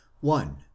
One